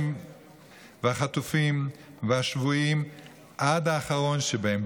והחטופים והשבויים עד האחרון שבהם,